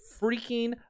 freaking